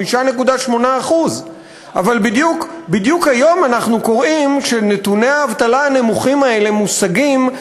5.8%. אבל בדיוק היום אנחנו קוראים שנתוני האבטלה הנמוכים האלה מושגים,